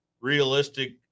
realistic